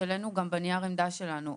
שהעלינו גם בנייר העמדה שלנו.